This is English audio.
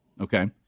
Okay